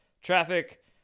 traffic